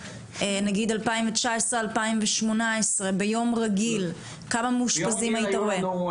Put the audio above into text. נגיד 2018-2019 ביום רגיל כמה מאושפזים היית רואה?